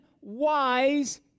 wise